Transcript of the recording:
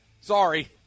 Sorry